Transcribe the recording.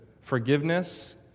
Forgiveness